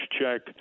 check